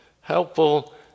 Helpful